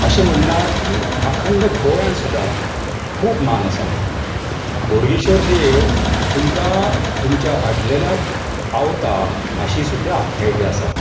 अशें म्हणलां की अखंड गोंया सुद्दा खूब मान आसा बोडगेश्वर देव तुमकां तुमच्या अडलेल्याक पावता अशी सुद्द्या अख्ख्यायिका आसा